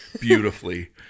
beautifully